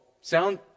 Sound